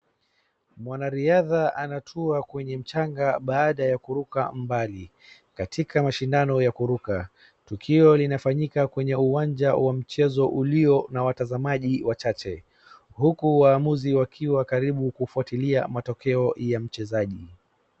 Mwanariadha anatua kwenye mchanga baada ya kuruka mbali katika shindano ya kuruka. Tukio linafanyika kwenye uwanja wa mchezo uliona watazamani wachache. Huku wamuuzi wakiwa karibu kufwatilia matokeo ya mchezaji.